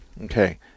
Okay